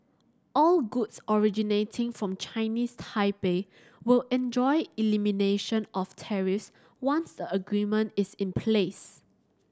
all goods originating from Chinese Taipei will enjoy elimination of tariffs once the agreement is in place